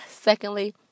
secondly